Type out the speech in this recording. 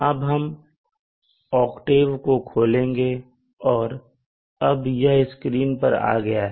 अब हम ओकटेव को खोलेंगे और अब यह स्क्रीन पर आ गया है